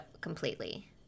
completely